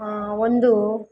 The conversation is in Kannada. ಒಂದು